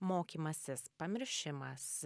mokymasis pamiršimas